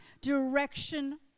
direction